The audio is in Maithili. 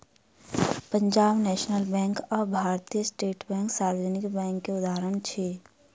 पंजाब नेशनल बैंक आ भारतीय स्टेट बैंक सार्वजनिक बैंक के उदाहरण अछि